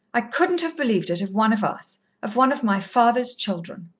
i couldn't have believed it of one of us of one of my father's children.